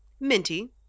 Minty